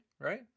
right